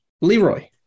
Leroy